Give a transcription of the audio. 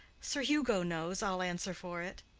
sir hugo knows, i'll answer for it.